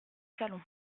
salon